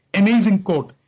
amazing quote.